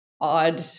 odd